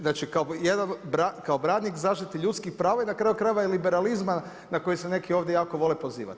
Znači jedan kao branik zaštite ljudskih prava i na kraju krajeva i liberalizma na koji se neki ovdje jako vole pozivati.